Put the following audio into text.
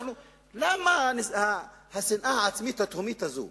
למה השנאה העצמית התהומית הזאת?